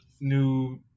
new